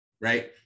right